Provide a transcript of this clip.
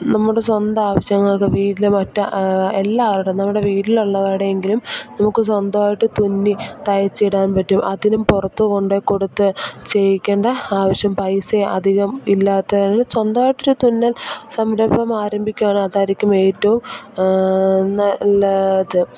നമ്മുടെ സ്വന്തം ആവശ്യങ്ങൾക്ക് വീട്ടിൽ മറ്റ് എല്ലവരുടെയും നമ്മുടെ വീട്ടിൽ ഉള്ളവരുടെ എങ്കിലും നമുക്ക് സ്വന്തമായിട്ട് തുന്നി തയ്ച്ചിടാൻ പറ്റും അതിനും പുറത്ത് കൊണ്ടു പോയി കൊടുത്ത് ചെയ്യിക്കേണ്ട ആവശ്യം പൈസ അധികം ഇല്ലാത്ത സ്വന്തായിട്ട് ഒരു തുന്നൽ സംരംഭം ആരംഭിക്കുവാണെങ്കിൽ അതായിരിക്കും ഏറ്റവും നല്ലത്